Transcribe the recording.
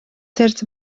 tyrd